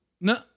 no